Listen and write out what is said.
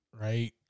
right